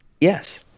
Yes